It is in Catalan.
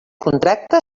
contracte